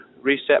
reset